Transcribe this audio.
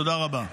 תודה רבה.